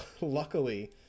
luckily